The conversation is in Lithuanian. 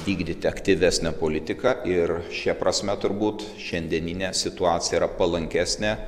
vykdyti aktyvesnę politiką ir šia prasme turbūt šiandieninė situacija yra palankesnė